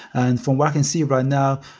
and from where i can see right now,